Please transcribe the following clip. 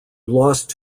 lost